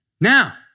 now